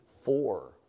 four